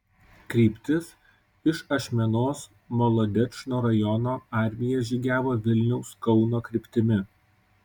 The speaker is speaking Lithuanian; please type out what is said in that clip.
kryptis iš ašmenos molodečno rajono armija žygiavo vilniaus kauno kryptimi